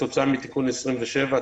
כתוצאה מתיקון מס' 27,